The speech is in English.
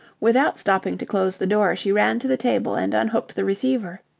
without stopping to close the door, she ran to the table and unhooked the receiver.